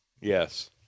Yes